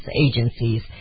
agencies